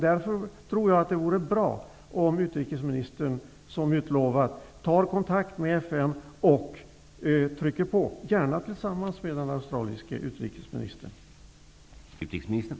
Därför vore det bra om utrikesministern, som utlovat, tar kontakt med FN och trycker på, gärna tillsammans med den australiske utrikesministern.